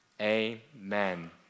Amen